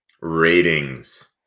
Ratings